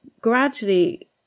gradually